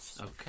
okay